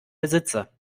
besitzer